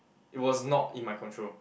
it was not in my control